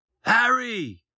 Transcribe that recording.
Harry